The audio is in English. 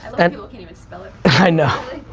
and even spell it. i know,